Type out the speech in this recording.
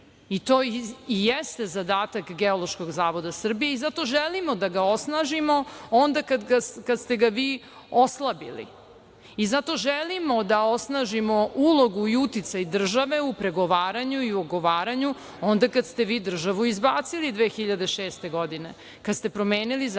i to jeste zadatak Geološkog zavoda Srbije i zato želimo da ga osnažimo onda kada ste ga vi oslabili. Zato želimo da osnažimo ulogu i uticaj države u pregovaranju onda kada ste vi državu izbacili 2006. godine, kada ste promenili zakon